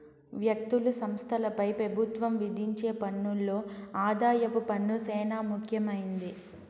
వ్యక్తులు, సంస్థలపై పెబుత్వం విధించే పన్నుల్లో ఆదాయపు పన్ను సేనా ముఖ్యమైంది